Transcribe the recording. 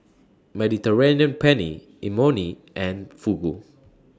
Mediterranean Penne Imoni and Fugu